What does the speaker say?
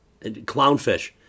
Clownfish